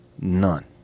none